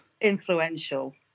influential